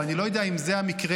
ואני לא יודע אם זה המקרה,